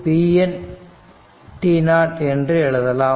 vn t0 என்று எழுதலாம்